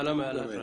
סלאמה אלאטרש.